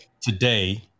today